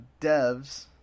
devs